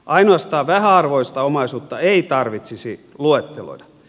ainoastaan vähäarvoista omaisuutta ei tarvitsisi luetteloida